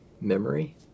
memory